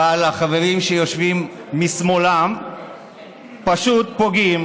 אבל החברים שיושבים משמאלם פשוט פוגעים